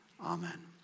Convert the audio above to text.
Amen